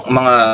mga